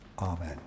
Amen